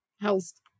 health